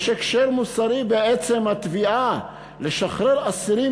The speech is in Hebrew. יש הקשר מוסרי בעצם התביעה לשחרר אסירים